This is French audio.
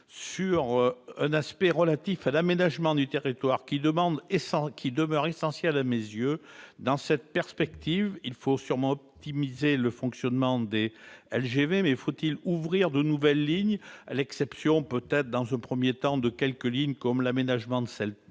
son aspect relatif à l'aménagement du territoire, qui demeure essentiel à mes yeux. Dans cette perspective, il faut sûrement optimiser le fonctionnement des LGV. Mais faut-il ouvrir de nouvelles lignes- à l'exception peut-être, dans un premier temps, de quelques-unes, comme celle de Nantes